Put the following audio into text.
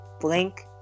Blink